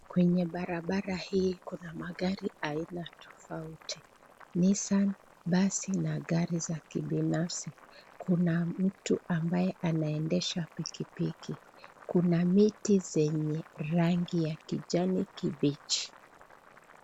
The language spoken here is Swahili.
Kwenye barabara hii kuna magari aina tofauti Nissan, basi na gari za kibinafsi. Kuna mtu ambaye anaendesha pikipiki. Kuna miti zenye rangi ya kijani kibichi.